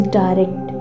direct